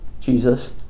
Jesus